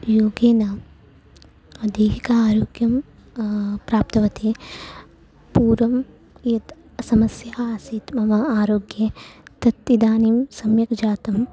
योगेन दैहिकारोग्यं प्राप्तवती पूर्वं यत् समस्या आसीत् मम आरोग्ये तत् इदानीं सम्यक् जातम्